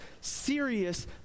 serious